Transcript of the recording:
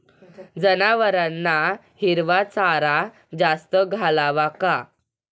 जनावरांना हिरवा चारा जास्त घालावा का?